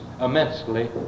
immensely